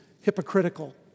hypocritical